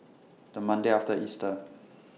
The Monday after Easter